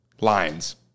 lines